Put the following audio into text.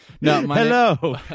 Hello